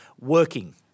working